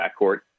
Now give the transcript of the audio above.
backcourt